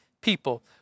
people